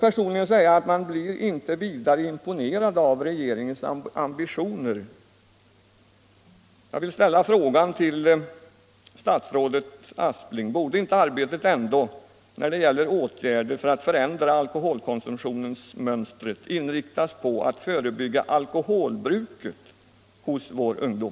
Personligen blir jag inte vidare imponerad av regeringens ambitioner. Jag vill fråga statsrådet Aspling: Borde inte arbetet när det gäller åtgärder för att förändra alkoholkonsumtionsmönstret inriktas på att förebygga alkoholbruket hos vår ungdom?